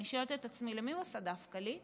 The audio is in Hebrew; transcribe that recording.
אני שואלת את עצמי, למי הוא עשה דווקא, לי?